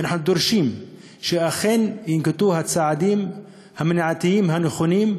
ואנחנו דורשים שאכן יינקטו האמצעים המניעתיים הנכונים,